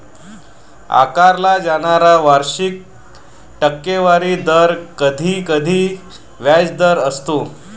आकारला जाणारा वार्षिक टक्केवारी दर कधीकधी व्याजदर असतो